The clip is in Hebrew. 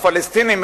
הפלסטינים,